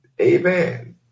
amen